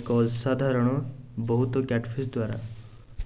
ଏକ ଅସାଧାରଣ ବହୁତ କ୍ୟାଟଫିସ୍ ଦ୍ୱାରା